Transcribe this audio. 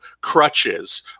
crutches